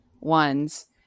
ones